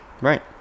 Right